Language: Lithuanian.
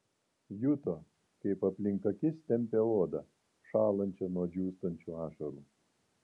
juto kaip aplink akis tempia odą šąlančią nuo džiūstančių ašarų